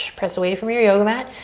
press away from your yoga mat.